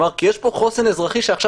הוא אמר: כי יש פה חוסן אזרחי שעכשיו